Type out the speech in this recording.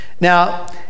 Now